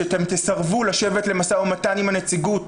שתסרבו לשבת למשא ומתן עם הנציגות